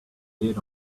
did